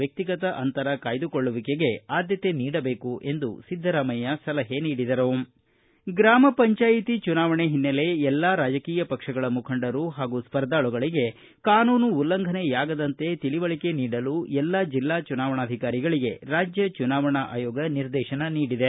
ವ್ಯಕ್ತಿಗತ ಅಂತರ ಕಾಯ್ಲುಕೊಳ್ಳುವಿಕೆಗೆ ಆದ್ದತೆ ನೀಡಬೇಕು ಎಂದು ಸಿದ್ದರಾಮಯ್ಯ ತಿಳಿಸಿದರು ಗ್ರಾಮ ಪಂಚಾಯಿತಿ ಚುನಾವಣೆ ಹಿನ್ನೆಲೆ ಎಲ್ಲಾ ರಾಜಕೀಯ ಪಕ್ಷಗಳ ಮುಖಂಡರು ಹಾಗೂ ಸ್ಪರ್ಧಾಳುಗಳಗೆ ಕಾನೂನು ಉಲ್ಲಂಘನೆ ಆಗದಂತೆ ತಿಳವಳಕೆ ನೀಡಲು ಎಲ್ಲಾ ಜಿಲ್ಲಾ ಚುನಾವಣಾಧಿಕಾರಿಗಳಿಗೆ ರಾಜ್ಯ ಚುನಾವಣಾ ಆಯೋಗ ನಿರ್ದೇಶನ ನೀಡಿದೆ